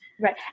Right